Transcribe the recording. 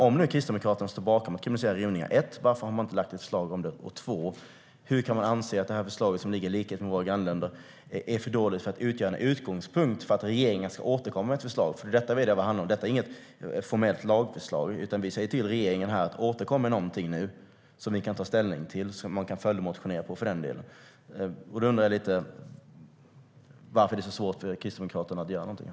Om nu Kristdemokraterna står bakom att kriminalisera rymningar, varför har man inte lagt förslag om det, och hur kan man anse att förslaget om likhet med våra grannländer är för dåligt för att utgöra en utgångspunkt för att regeringen ska återkomma med förslag? Det är ju inget formellt lagförslag, utan vi vill be regeringen att återkomma med något som vi kan ta ställning till och som man för den delen också kan följdmotionera på. Varför är det så svårt för Kristdemokraterna att göra något här?